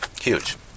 huge